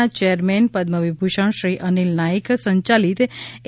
ના ચેરમેન પદ્મ વિભૂષણ શ્રી અનિલ નાઇક સંચાલિત એ